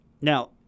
Now